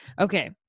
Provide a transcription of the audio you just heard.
Okay